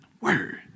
word